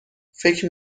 فکر